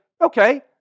okay